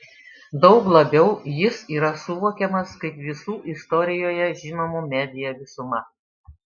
daug labiau jis yra suvokiamas kaip visų istorijoje žinomų media visuma